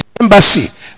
embassy